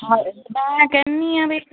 ਹਾਂ ਮੈਂ ਕਹਿੰਦੀ ਹਾਂ ਵੀ